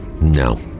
No